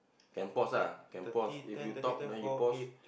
can pause lah can pause if you talk then you pause